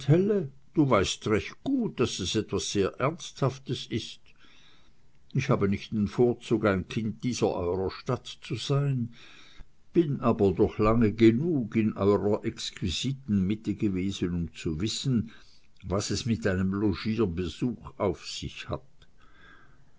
du weißt recht gut daß es etwas sehr ernsthaftes ist ich habe nicht den vorzug ein kind dieser eurer stadt zu sein bin aber doch lange genug in eurer exquisiten mitte gewesen um zu wissen was es mit einem logierbesuch auf sich hat